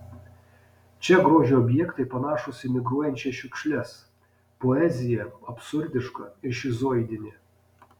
čia grožio objektai panašūs į migruojančias šiukšles poezija absurdiška ir šizoidinė